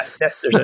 Yes